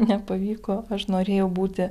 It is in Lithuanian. nepavyko aš norėjau būti